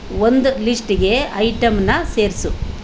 ಒಂದು ಲಿಸ್ಟ್ಗೆ ಐಟಂನ ಸೇರಿಸು